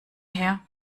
her